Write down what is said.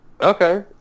Okay